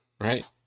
right